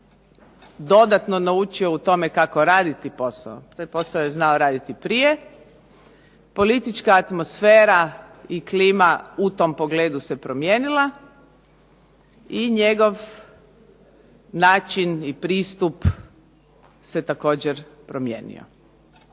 dodatno naučio u tome kako raditi posao. Taj posao je znao raditi i prije. Politička atmosfera i klima u tom pogledu se promijenila i njegov način i pristup se također promijenio.